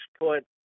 put